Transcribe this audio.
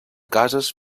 cases